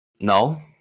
No